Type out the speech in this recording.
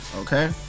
Okay